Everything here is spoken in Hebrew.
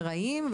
ארעיים,